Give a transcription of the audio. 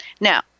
now